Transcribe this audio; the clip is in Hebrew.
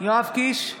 יואב קיש,